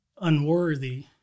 unworthy